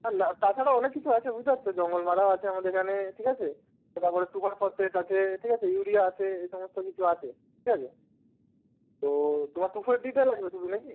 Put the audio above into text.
তা তাছাড়া অনেক কিছু আছে বুঝতে পারছো জঙ্গল মারা আছে আমাদের এখানে ঠিক আছে তারপরে সুপার ফসফেট আছে ঠিক আছে ইউরিয়া আছে এই সমস্ত কিছু আছে ঠিক আছে তো তোমার টু ফোর ডিটা লাগবে শুধু নাকি